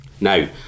Now